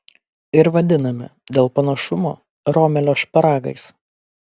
ir vadiname dėl panašumo romelio šparagais